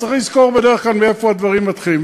ובדרך כלל צריך לזכור מאיפה הדברים מתחילים.